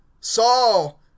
Saul